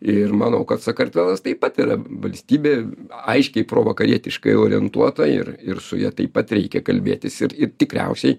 ir manau kad sakartvelas taip pat yra valstybė aiškiai provakarietiškai orientuota ir ir su ja taip pat reikia kalbėtis ir ir tikriausiai